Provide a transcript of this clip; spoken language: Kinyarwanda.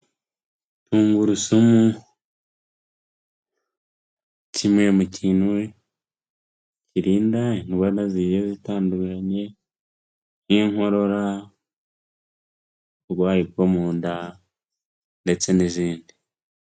Tungurusumu kimwe mu kintu kirinda indwara zigiye zitandukanye nk'inkorora, uburwayi bwo mu nda ndetse n'izindi.